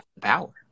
power